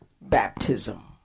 baptism